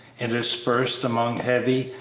interspersed among heavy,